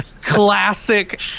classic